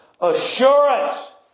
assurance